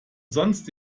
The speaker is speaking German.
sonst